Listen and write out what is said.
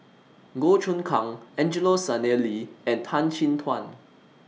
Goh Choon Kang Angelo Sanelli and Tan Chin Tuan